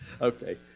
okay